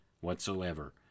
whatsoever